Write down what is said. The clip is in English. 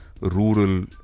rural